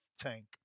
Tank